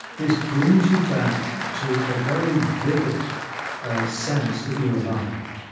this brings you back to a very vivid sense that you're alive.